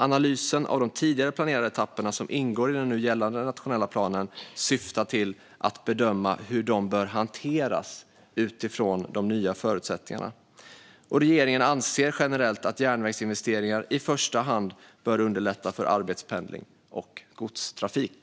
Analysen av de tidigare planerade etapperna, som ingår i den nu gällande nationella planen, syftar till att bedöma hur de bör hanteras utifrån de nya förutsättningarna. Regeringen anser generellt att järnvägsinvesteringar i första hand bör underlätta för arbetspendling och godstrafik.